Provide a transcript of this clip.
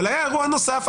אבל היה אירוע נוסף,